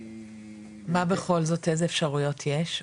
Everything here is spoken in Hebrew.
מה בכל זאת, איזה אפשריות יש?